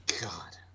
God